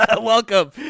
Welcome